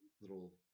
little